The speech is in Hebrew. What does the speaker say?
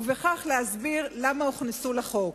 ובכך להסביר למה הוכנסו לחוק.